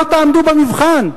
לא תעמדו במבחן.